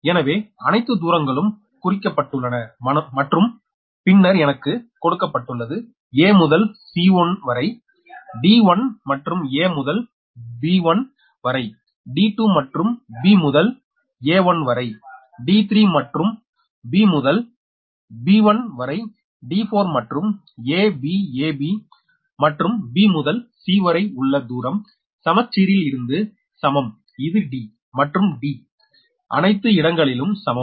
எனவே அனைத்து தூரங்களும் குறிக்கப்பட்டுள்ளன மற்றும் பின்னர் எனக்கு கொடுக்கப்பட்டுள்ளது a முதல் c1 வரை d1 மற்றும் a முதல் b1 வரை d2 மற்றும் b முதல் a1 வரை d3 மற்றும் b முதல் b1 வரை d4 மற்றும் a b a b மற்றும் b முதல் c வரை உள்ள தூரம் சமச்சீரில் இருந்து சமம் இது d மற்றும் dஅனைத்து இடங்களிலும் சமம்